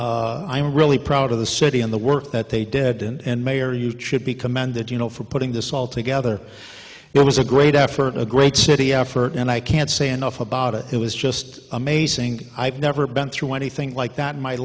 and i'm really proud of the city and the work that they did and mayor you chippie commend that you know for putting this all together it was a great effort a great city effort and i can't say enough about it it was just amazing i've never been through anything like that in my